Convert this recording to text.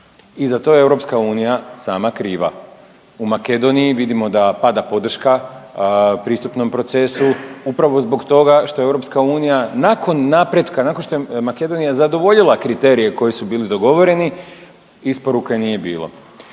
i za to je EU sama kriva. U Makedoniji vidimo da pada podrška pristupnom procesu upravo zbog toga što EU nakon napretka nakon što je Makedonija zadovoljila kriterije koji su bili dogovoreni isporuke nije bilo.